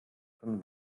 von